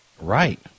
Right